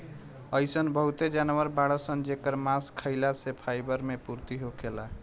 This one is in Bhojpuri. अइसन बहुते जानवर बाड़सन जेकर मांस खाइला से फाइबर मे पूर्ति होखेला